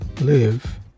live